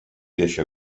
deixa